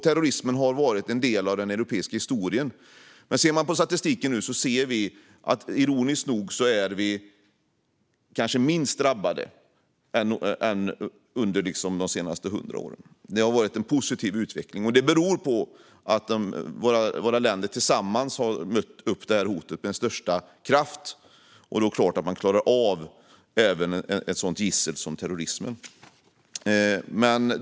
Terrorismen har varit en del av den europeiska historien. Men tittar man nu på statistiken ser man att vi ironiskt nog kanske har varit minst drabbade under de senaste hundra åren. Det har varit en positiv utveckling, och det beror på att våra länder tillsammans har mött detta hot med största kraft. Då är det klart att man klarar av även ett sådant gissel som terrorismen.